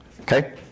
Okay